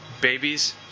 Babies